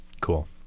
Cool